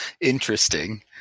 Interesting